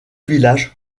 villages